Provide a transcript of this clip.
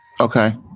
Okay